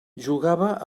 jugava